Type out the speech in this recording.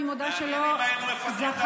מעניין אם היינו מפטרים,